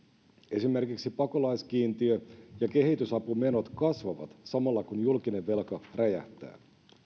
esimerkiksi pakolaiskiintiö ja kehitysapumenot kasvavat samalla kun julkinen velka räjähtää